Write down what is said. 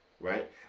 right